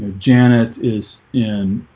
janet is in